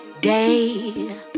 day